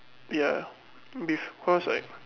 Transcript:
ya beef cause right